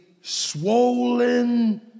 swollen